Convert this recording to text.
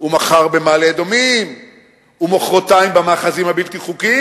ומחר במעלה-אדומים ומחרתיים במאחזים הבלתי-חוקיים.